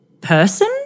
person